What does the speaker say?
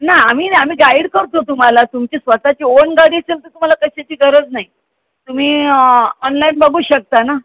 नाही आम्ही नाही आम्ही गाईड करतो तुम्हाला तुमची स्वतःची ओन गाडी असेल तर तुम्हाला कशाची गरज नाही तुम्ही ऑ ऑनलाईन बघू शकता ना